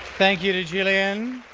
thank you to gillian.